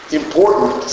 important